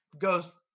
goes